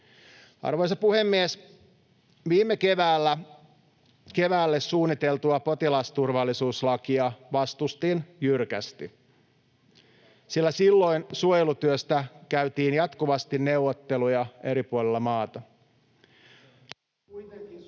Arvoisa puhemies! Viime keväälle suunniteltua potilasturvallisuuslakia vastustin jyrkästi, sillä silloin suojelutyöstä käytiin jatkuvasti neuvotteluja eri puolilla maata.